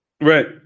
Right